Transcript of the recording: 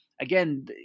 again